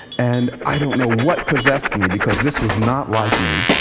and i don't know what possessed me, because this was not like me.